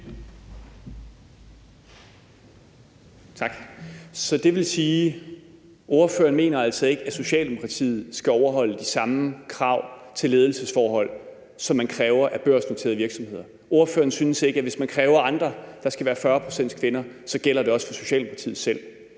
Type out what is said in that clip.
Så det vil sige, at ordføreren altså ikke mener, at Socialdemokratiet skal overholde de samme krav til ledelsesforhold, som man kræver af børsnoterede virksomheder? Ordføreren synes ikke, at hvis man hos andre kræver, at der skal være 40 pct. kvinder, så gælder det også for Socialdemokratiet selv?